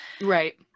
Right